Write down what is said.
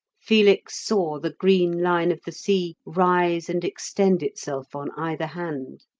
felix saw the green line of the sea rise and extend itself on either hand